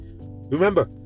Remember